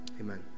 Amen